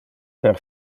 per